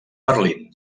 berlín